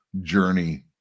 journey